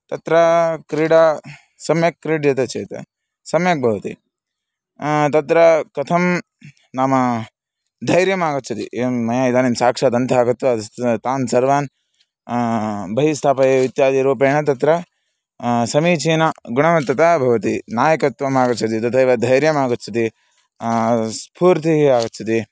तत्र क्रीडा सम्यक् क्रीड्यते चेत् सम्यक् भवति तत्र कथं नाम धैर्यमागच्छति एवं मया इदानीं साक्षाद् अन्ते गत्वा तान् सर्वान् बहिः स्थापयेयुः इत्यादि रूपेण तत्र समीचीना गुणवत्ता भवति नायकत्वम् आगच्छति तथैव धैर्यमागच्छति स्फूर्तिः आगच्छति